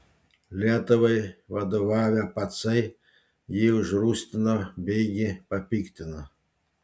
lietuvai vadovavę pacai jį užrūstino beigi papiktino